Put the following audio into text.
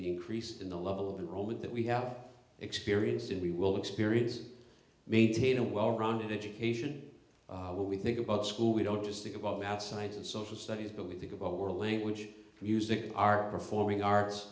the increase in the level of a role that that we have experienced and we will experience maintain a well rounded education what we think about school we don't just think about math science and social studies but we think about where language music are performing arts